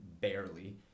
barely